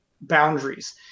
boundaries